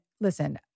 listen